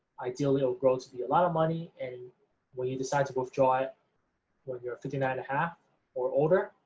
ideally it'll grow to be a lot of money, and when you decide to withdraw it when you're fifty nine and a half or older,